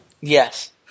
Yes